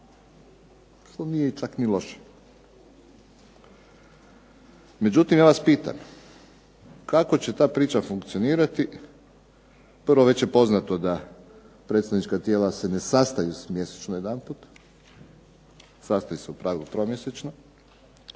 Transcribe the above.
To nije čak ni loše. Međutim ja vas pitam, kako će ta priča funkcionirati. Prvo, već je poznato da predstavnička tijela se ne sastaju mjesečno jedanput, sastaju se u pravilu tromjesečno.